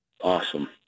Awesome